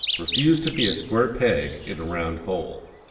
refuse to be a square peg in a round hole.